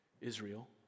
Israel